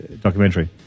documentary